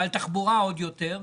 ועל תחבורה עוד יותר,